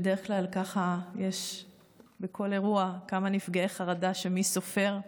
בדרך כלל יש בכל אירוע כמה נפגעי חרדה, מי סופר,